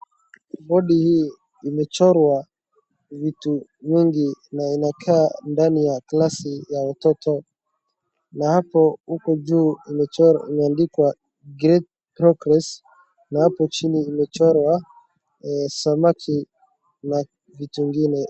Bodi hii imechorwa vitu mingi na inakaa ndani ya class ya watoto na hapo huko juu imeandikwa great progress na hapo chini imechorwa samaki na vitu ingine.